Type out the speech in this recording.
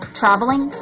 traveling